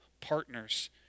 partners